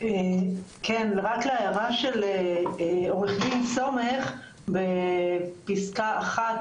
רק להערה של עורך דין סומך בפסקה אחת,